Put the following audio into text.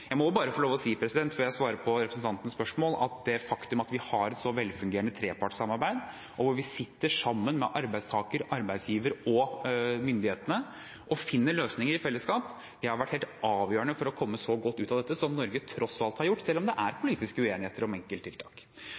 Jeg må bare få lov til å si, før jeg svarer på representantens spørsmål, at det faktum at vi har et så velfungerende trepartssamarbeid, hvor vi sitter sammen med arbeidstakersiden, arbeidsgiversiden og myndighetene og finner løsninger i fellesskap, har vært helt avgjørende for å komme så godt ut av dette som Norge tross alt har gjort, selv om det er politisk uenighet om